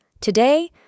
Today